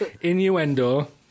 Innuendo